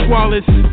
Wallace